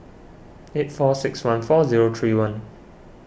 eight four six one four zero three one